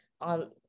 on